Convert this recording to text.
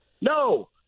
No